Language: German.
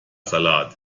salat